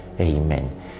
Amen